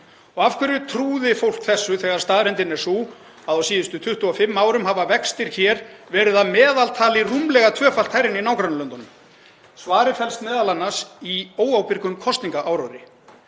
Og af hverju trúði fólk þessu þegar staðreyndin er sú að á síðustu 25 árum hafa vextir hér verið að meðaltali rúmlega tvöfalt hærri en í nágrannalöndunum? Svarið felst m.a. í óábyrgum kosningaáróðri.